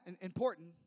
important